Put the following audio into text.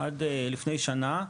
עד לפני שנה,